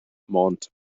mont